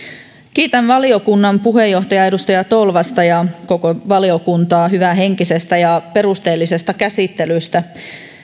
kiitän valiokunnan puheenjohtajaa edustaja tolvasta ja koko valiokuntaa hyvähenkisestä ja perusteellisesta käsittelystä